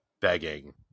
begging